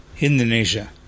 Indonesia